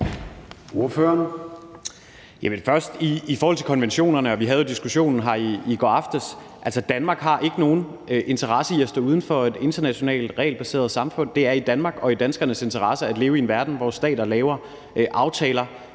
i forhold til konventionerne – og den diskussion havde vi jo i går aftes – at Danmark ikke har nogen interesse i at stå uden for et internationalt regelbaseret samfund. Det er i Danmarks og i danskernes interesse at leve i en verden, hvor stater laver aftaler